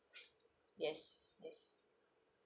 yes yes